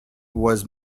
was